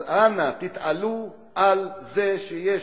אז אנא, תתעלו על זה שיש